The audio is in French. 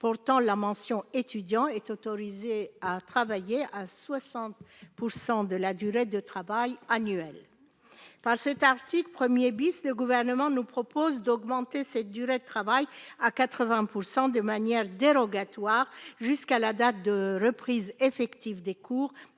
portant la mention « étudiant » est autorisé à travailler à 60 % de la durée de travail annuelle. Par cet article 1 , le Gouvernement nous propose d'augmenter cette durée de travail à 80 % de manière dérogatoire jusqu'à la date de reprise effective des cours